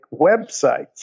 websites